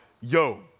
Yo